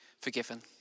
forgiven